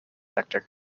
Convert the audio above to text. sector